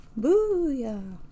Booyah